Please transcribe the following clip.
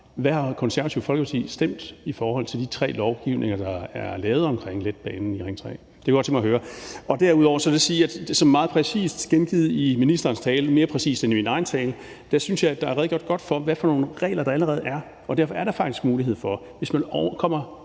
Hvad har Det Konservative Folkeparti stemt i forhold til de tre lovgivninger, der er lavet omkring letbanen i Ring 3? Det kunne jeg godt tænke mig at høre. Derudover vil jeg sige, at det er meget præcist gengivet i ministerens tale, mere præcist end i min egen tale. Der synes jeg, at der er redegjort godt for, hvad det er for nogle regler, der allerede er. Derfor er der faktisk mulighed for, hvis man kommer